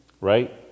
right